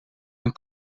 een